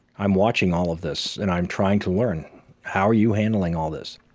i'm watching all of this and i'm trying to learn how are you handling all this?